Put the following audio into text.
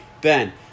Ben